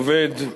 עובד,